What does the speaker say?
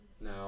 Now